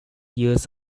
use